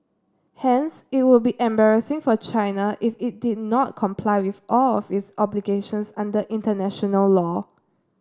hence it would be embarrassing for China if it did not comply with all of its obligations under international law